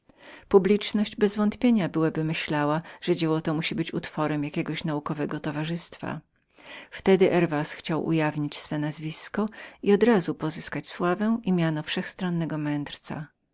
publiczność bezwątpienia byłaby myślała że dzieło to musiało być utworem jakiego naukowego towarzystwa wtedy herwas chciał wymienić się i od razu pozyskać sławę i zaszczyty wszechstronnego mędrca